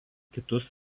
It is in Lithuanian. kitus